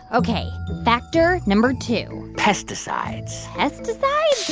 ok, factor number two pesticides pesticides?